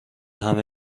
همه